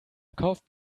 kauft